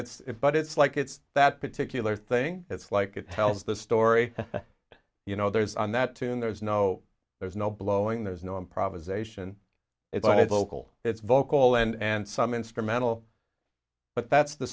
it's but it's like it's that particular thing it's like it tells the story you know there's on that tune there's no there's no blowing there's no improvisation it's a vocal it's vocal and some instrumental but that's the